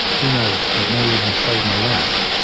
who knows. it may even have saved my life